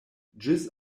ĝis